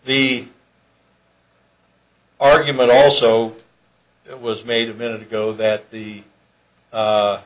the argument also was made a minute ago that the